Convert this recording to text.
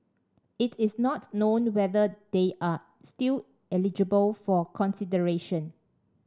it is not known whether they are still eligible for consideration